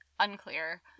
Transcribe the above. unclear